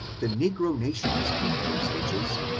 the negro nations of those ages,